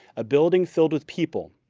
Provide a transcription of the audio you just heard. a building filled with people,